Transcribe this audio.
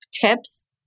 tips